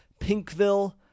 pinkville